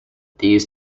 these